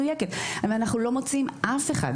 ואנחנו לא מוציאים אף אחד.